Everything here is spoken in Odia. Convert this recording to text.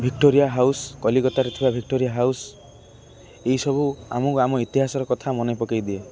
ଭିକ୍ଟୋରିଆ ହାଉସ୍ କଲିକତାରେ ଥିବା ଭିକ୍ଟୋରିଆ ହାଉସ୍ ଏଇସବୁ ଆମକୁ ଆମ ଇତିହାସର କଥା ମନେ ପକାଇଦିଏ